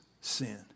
sin